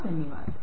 धन्यवाद दोस्तों